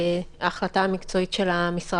בשליש?